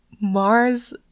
Mars